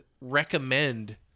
recommend